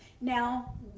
Now